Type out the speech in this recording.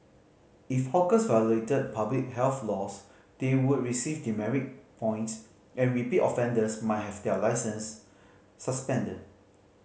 if hawkers violated public health laws they would receive demerit points and repeat offenders might have their licences suspended